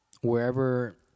wherever